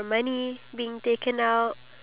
we are only doing it for the sake